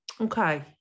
Okay